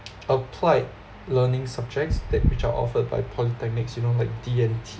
applied learning subjects that which are offered by polytechnics you know like D_N_T